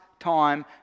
time